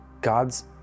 God's